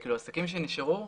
העסקים שנשארו,